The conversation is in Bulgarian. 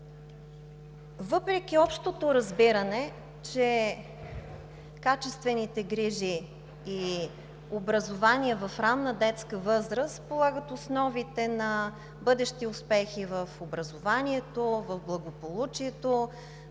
Въпреки общото разбиране, че качествените грижи и образование в ранна детска възраст полагат основите на бъдещи успехи в образованието, в благополучието,